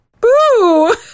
Boo